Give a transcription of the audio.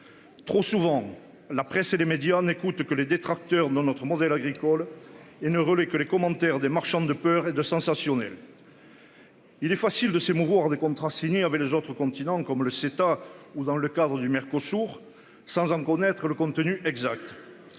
Trop souvent la presse et les médias n'écoute que les détracteurs notre modèle agricole et ne relaie que les commentaires des marchands de peur et de sensationnel. Il est facile de s'émouvoir des contrats signés avec les autres continents, comme le CETA ou dans le cadre du Mercosur sans en connaître le contenu exact.